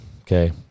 Okay